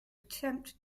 attempt